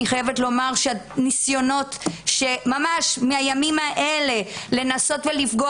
אני חייבת לומר שהניסיונות ממש מהימים האלה לנסות ולפגוע